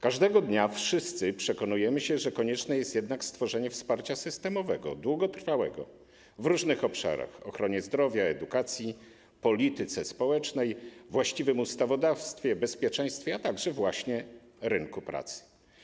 Każdego dnia wszyscy przekonujemy się, że konieczne jest jednak stworzenie wsparcia systemowego, długotrwałego, w różnych obszarach: w ochronie zdrowia, edukacji, polityce społecznej, we właściwym ustawodawstwie, w bezpieczeństwie, a także właśnie na rynku pracy.